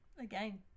Again